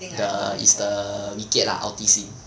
the is the lah hor